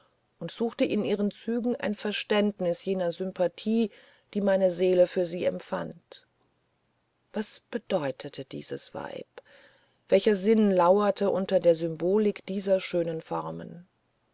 und suchte in ihren zügen ein verständnis jener sympathie die meine seele für sie empfand was bedeutet dieses weib welcher sinn lauert unter der symbolik dieser schönen formen